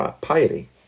Piety